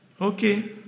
Okay